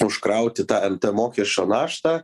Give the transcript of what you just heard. užkrauti tą nt mokesčio naštą